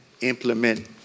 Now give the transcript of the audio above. implement